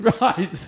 Right